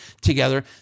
together